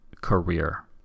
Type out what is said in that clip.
career